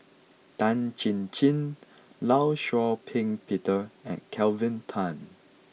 Tan Chin Chin Law Shau Ping Peter and Kelvin Tan